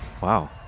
Wow